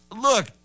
look